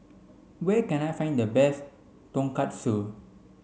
where can I find the best Tonkatsu